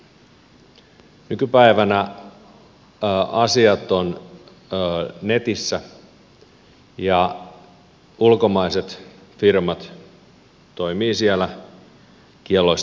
nykypäivänä asiat ovat netissä ja ulkomaiset firmat toimivat siellä kielloista huolimatta